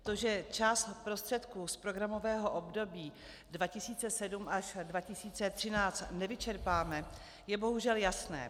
To, že část prostředků z programového období 2007 až 2013 nevyčerpáme, je bohužel jasné.